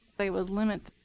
they would limit